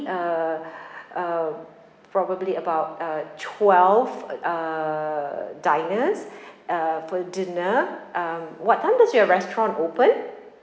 uh uh probably about uh twelve uh diners uh for dinner um what time does your restaurant open